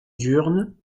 diurne